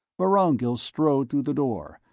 vorongil strode through the door,